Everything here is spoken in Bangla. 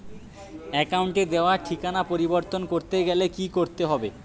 অ্যাকাউন্টে দেওয়া ঠিকানা পরিবর্তন করতে গেলে কি করতে হবে?